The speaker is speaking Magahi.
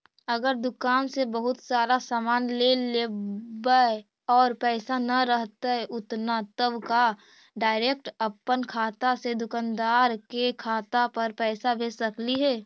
अगर दुकान से बहुत सारा सामान ले लेबै और पैसा न रहतै उतना तब का डैरेकट अपन खाता से दुकानदार के खाता पर पैसा भेज सकली हे?